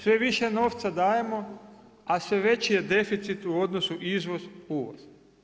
Sve više novca dajemo, a sve veći je deficit u odnosu izvoz, uvoz.